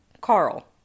Carl